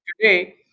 today